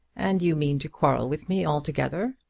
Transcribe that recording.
and you mean to quarrel with me altogether?